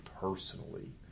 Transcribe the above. personally